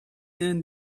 can